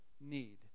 need